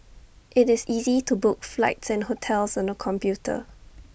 IT is easy to book flights and hotels on the computer